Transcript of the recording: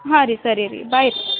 ಹಾಂ ರೀ ಸರಿ ರೀ ಬಾಯ್ ರೀ